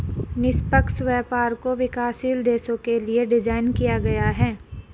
निष्पक्ष व्यापार को विकासशील देशों के लिये डिजाइन किया गया है